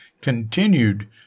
continued